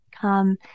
come